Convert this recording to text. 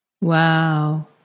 Wow